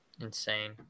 insane